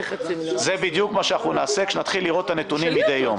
זה בדיוק מה שאנחנו נעשה כאשר נתחיל לראות את הנתונים מידי יום.